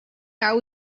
how